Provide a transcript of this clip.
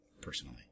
personally